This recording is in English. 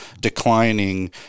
declining